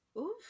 Oof